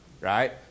right